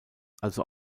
also